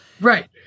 Right